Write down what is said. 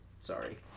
Sorry